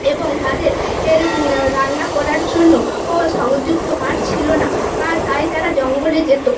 এবং তাদের এর রান্না করার জন্য ও সংযুক্ত কাঠ ছিল না আর তাই তারা জঙ্গলে যেত